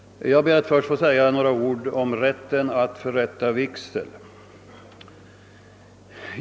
Jag ber att först få säga några ord om rätten att förrätta vigsel.